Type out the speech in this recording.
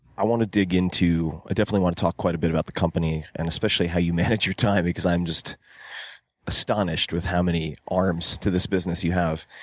i want to dig into i definitely want to talk quite a bit about the company, and especially how you manage your time because i'm just astonished with how many arms to this business you have.